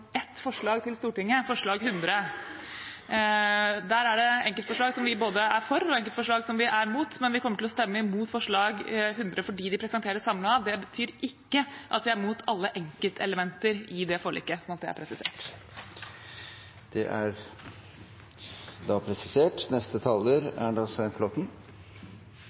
ett forslag til Stortinget, forslag nr. 100. Der er det både enkeltforslag som vi er for, og det er enkeltforslag som vi er imot. Vi kommer til å stemme imot forslag nr. 100 fordi det presenteres samlet. Det betyr ikke at vi er imot alle enkeltelementer i det forliket – bare så det er presisert. Det er da presisert.